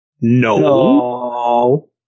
No